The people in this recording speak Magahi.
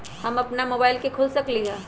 हम अपना मोबाइल से खोल सकली ह?